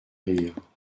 rire